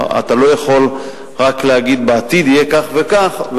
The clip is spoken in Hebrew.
אתה לא יכול רק להגיד: בעתיד יהיה כך וכך.